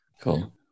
Cool